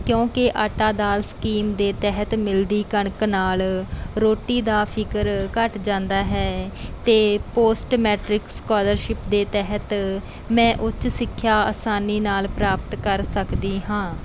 ਕਿਉਂਕਿ ਆਟਾ ਦਾਲ ਸਕੀਮ ਦੇ ਤਹਿਤ ਮਿਲਦੀ ਕਣਕ ਨਾਲ ਰੋਟੀ ਦਾ ਫਿਕਰ ਘੱਟ ਜਾਂਦਾ ਹੈ ਅਤੇ ਪੋਸਟ ਮੈਟਰਿਕ ਸਕਾਲਰਸ਼ਿਪ ਦੇ ਤਹਿਤ ਮੈਂ ਉੱਚ ਸਿੱਖਿਆ ਆਸਾਨੀ ਨਾਲ ਪ੍ਰਾਪਤ ਕਰ ਸਕਦੀ ਹਾਂ